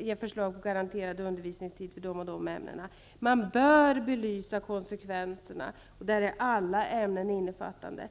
ge förslag om garanterad undervisningstid i olika ämnen. Man bör belysa konsekvenserna. Där är alla ämnen innefattade.